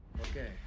Okay